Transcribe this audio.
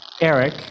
eric